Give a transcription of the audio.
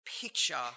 picture